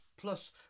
Plus